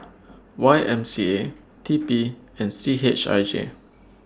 Y M C A T P and C H I J